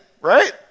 right